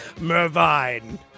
Mervine